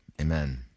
Amen